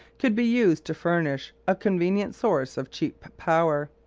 could be used to furnish a convenient source of cheap power.